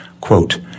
Quote